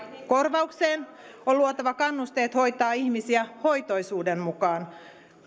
korvaukseen on luotava kannusteet hoitaa ihmisiä hoitoisuuden mukaan